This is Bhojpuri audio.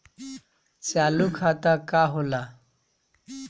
चालू खाता का होला?